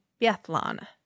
Biathlon